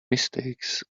mistakes